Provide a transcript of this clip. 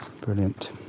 Brilliant